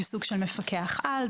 כסוג של מפקח על.